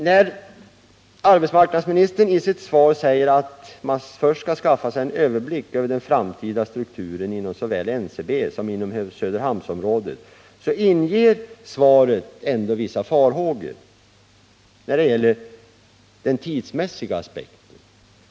När arbetsmarknadsministern i sitt svar säger att man skall skaffa sig överblick över den framtida strukturen inom såväl NCB som Söderhamnsområdet, innan åtgärder vidtas, inger det ändå vissa farhågor när det gäller 85 tidsaspekten.